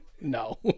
No